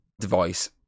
device